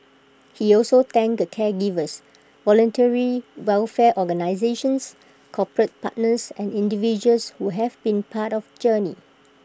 he also thanked the caregivers voluntary welfare organisations corporate partners and individuals who have been part of the journey